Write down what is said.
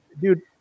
dude